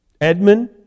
Edmund